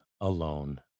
alone